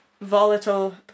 volatile